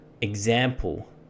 example